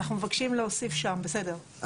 אז אנחנו מבקשים להוסיף שם, בסדר.